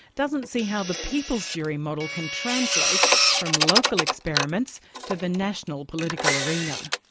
doesn't see how the people's jury model can translate from local experiments to the national political arena.